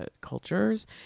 cultures